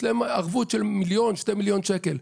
יש להם ערבות של 2-1 מיליון שקלים.